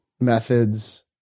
methods